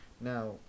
Now